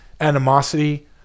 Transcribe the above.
animosity